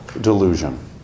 delusion